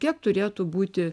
kiek turėtų būti